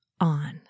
on